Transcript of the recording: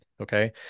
Okay